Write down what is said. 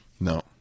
No